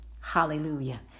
hallelujah